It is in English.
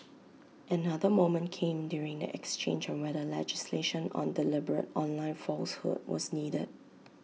another moment came during the exchange on whether legislation on deliberate online falsehood was needed